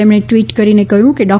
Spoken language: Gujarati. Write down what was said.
તેમણે ટ્વીટ કરીને કહ્યું કે ડો